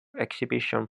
exhibition